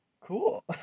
cool